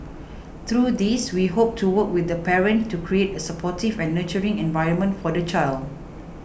through these we hope to work with the parent to create a supportive and nurturing environment for the child